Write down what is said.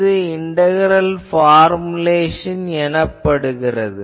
இது integral formulation எனப்படுகிறது